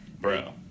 Bro